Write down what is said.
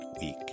week